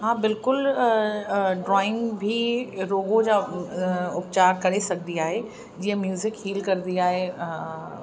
हा बिल्कुलु ड्रॉइंग बि रोगों जा उपचार करे सघंदी आहे जीअं म्यूज़िक हील करंदी आहे